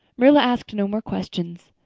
marilla asked no more questions.